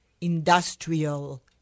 industrial